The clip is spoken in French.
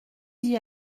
d’y